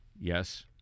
yes